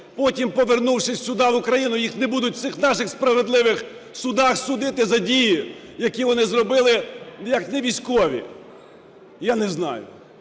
потім, повернувшись сюди в Україну, їх не будуть в цих наших справедливих судах судити за дії, які вони зробили як невійськові, я не знаю